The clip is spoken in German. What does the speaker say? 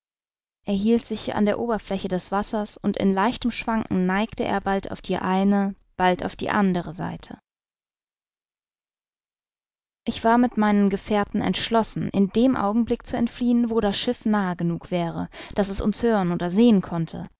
hielt sich an der oberfläche des wassers und in leichtem schwanken neigte er bald auf die eine bald auf die andere seite ich war mit meinen gefährten entschlossen in dem augenblick zu entfliehen wo das schiff nahe genug wäre daß es uns hören oder sehen konnte